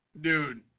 dude